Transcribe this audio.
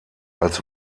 als